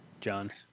John